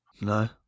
No